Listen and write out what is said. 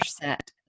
set